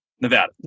Nevada